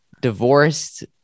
divorced